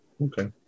Okay